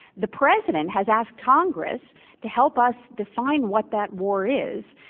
the president has asked congress to help us define what that war is.